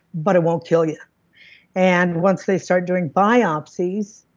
but it won't kill you and once they start doing biopsies,